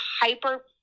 hyper